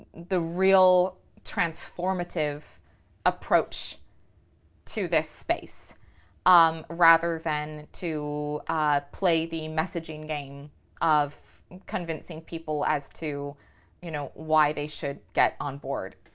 real transformative approach to this space um rather than to play the messaging game of convincing people as to you know why they should get on board,